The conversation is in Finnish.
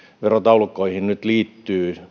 verotaulukoihin nyt liittyy